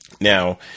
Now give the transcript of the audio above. Now